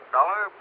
Dollar